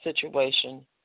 situation